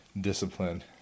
discipline